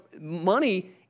money